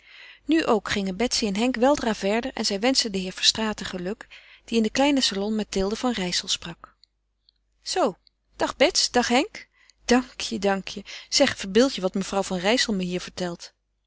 nu ook gingen betsy en henk weldra verder en zij wenschten den heer verstraeten geluk die in den kleinen salon met mathilde van rijssel sprak zoo dag bets dag henk dank je dank je zeg verbeeld je wat mevrouw van rijssel me hier vertelt